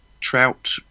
trout